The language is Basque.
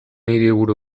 hiriburu